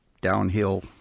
downhill